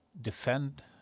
defend